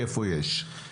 הרי כשבונים בריכה,